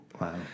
Wow